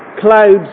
clouds